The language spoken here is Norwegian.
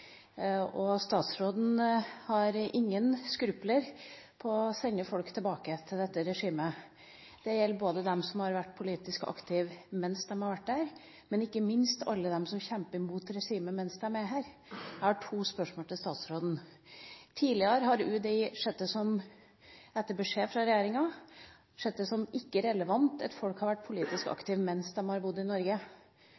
Statsråden har ingen skrupler med å sende folk tilbake til dette regimet. Det gjelder både dem som har vært politisk aktive mens de har vært der, og ikke minst alle dem som kjemper mot regimet mens de er her. Tidligere har UDI, etter beskjed fra regjeringa, sett det som ikke relevant at folk har vært politisk